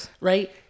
right